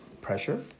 Pressure